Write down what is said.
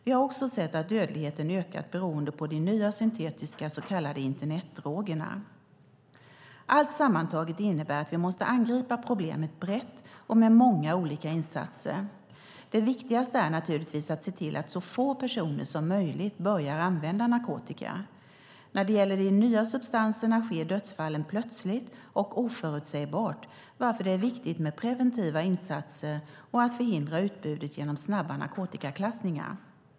Vi har också sett att dödligheten ökat beroende på de nya syntetiska så kallade internetdrogerna. Allt sammantaget innebär detta att vi måste angripa problemet brett och med många olika insatser. Den viktigaste är naturligtvis att se till att så få personer som möjligt börjar använda narkotika. När det gäller de nya substanserna sker dödsfallen plötsligt och oförutsägbart, varför det är viktigt med preventiva insatser och att förhindra utbudet genom snabba narkotikaklassningar.